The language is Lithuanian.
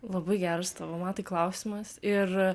labai geras tavo matai klausimas ir